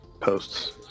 posts